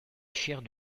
chaire